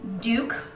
Duke